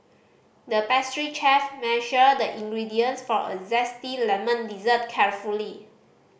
the pastry chef measured the ingredients for a zesty lemon dessert carefully